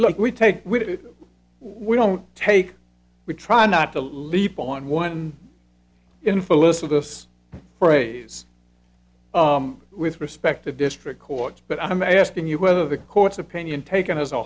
look we take we don't take we try not to leap on one infelicitous phrase with respect to district courts but i'm asking you whether the court's opinion taken as a